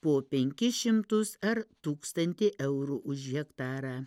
po penkis šimtus ar tūkstantį eurų už hektarą